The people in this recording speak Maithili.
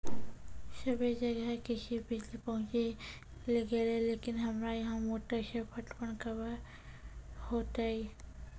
सबे जगह कृषि बिज़ली पहुंची गेलै लेकिन हमरा यहाँ मोटर से पटवन कबे होतय?